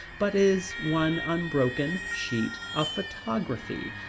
but is one unbroken sheet of photography.